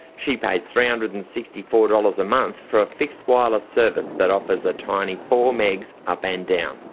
she pays three hundred and sixty four dollars a month for a fixed wireless service that offers a tiny four megs up and down.